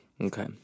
okay